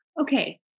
okay